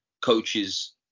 coaches